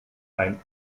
ein